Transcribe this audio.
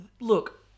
look